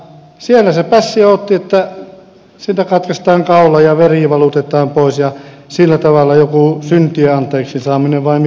siellä se pässi odotti että siltä katkaistaan kaula ja veri valutetaan pois ja sillä tavalla oli joku syntien anteeksi saaminen vai mikä lie siinä ollut